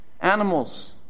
Animals